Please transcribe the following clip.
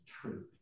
truth